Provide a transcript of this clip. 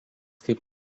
kaip